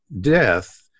death